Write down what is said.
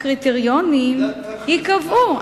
הקריטריונים ייקבעו.